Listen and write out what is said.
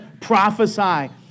prophesy